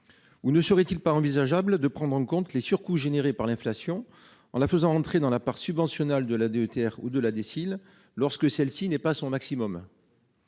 Ou ne serait-il pas envisageable de prendre en compte les surcoûts générés par l'inflation, en faisant entrer celle-ci dans la part subventionnable de la DETR et de la DSIL lorsque cette part n'est pas à son maximum ?